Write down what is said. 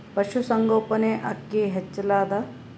ಪಶುಸಂಗೋಪನೆ ಅಕ್ಕಿ ಹೆಚ್ಚೆಲದಾ?